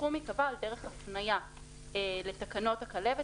הסכום ייקבע על דרך התניה לתקנות הכלבת,